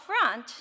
front